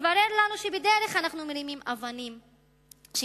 התברר לנו שבדרך אנחנו מרימים אבנים שמתחתן,